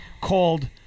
called